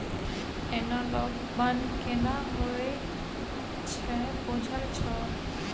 Analogue बन्न केना होए छै बुझल छौ?